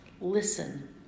Listen